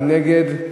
מי נגד?